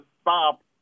stop